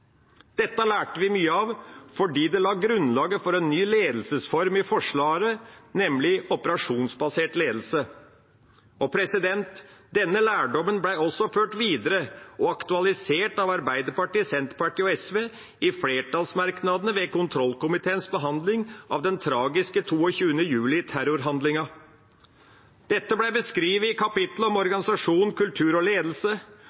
Dette lærte vi mye av fordi det la grunnlaget for en ny ledelsesform i Forsvaret, nemlig operasjonsbasert ledelse. Denne lærdommen ble ført videre og aktualisert av Arbeiderpartiet, Senterpartiet og SV i flertallsmerknadene ved kontrollkomiteens behandling av den tragiske terrorhandlingen 22. juli. Dette ble beskrevet i kapitlet om organisasjon, kultur og ledelse,